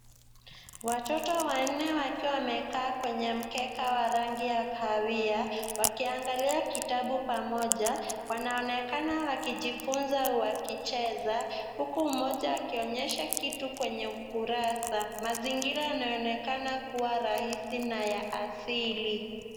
Watoto wanne wakiwa wamekaa kwenye mkeka wa rangi ya kahawia, wakiangalia kitabu pamoja. Wanaonekana wakijifunza au wakicheza, huku mmoja akionyesha kitu kwenye ukurasa. Mazingira yanaonekana kuwa rahisi na ya asili.